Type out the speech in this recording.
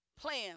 Plans